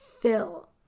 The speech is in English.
fill